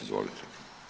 Izvolite.